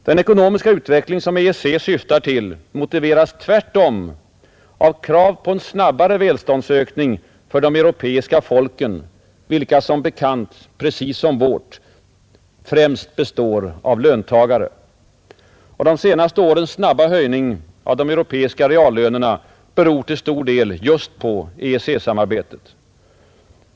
Den ekonomiska utvecklingen som EEC syftar till motiveras tvärtom av krav på en snabbare välståndsökning för de europeiska folken, vilka som bekant — precis som vårt — främst består av löntagare, De senaste årens snabba höjningar av de europeiska reallönerna beror till stor del just på EEC-samarbetet.